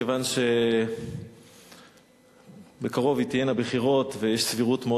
כיוון שבקרוב תהיינה בחירות ויש סבירות מאוד